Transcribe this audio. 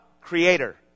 creator